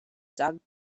doug